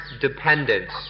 dependence